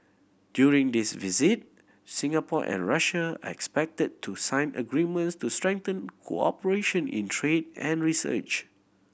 during this visit Singapore and Russia are expected to sign agreements to strengthen cooperation in trade and research